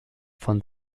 von